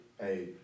hey